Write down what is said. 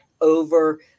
over